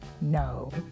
No